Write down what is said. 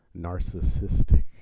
narcissistic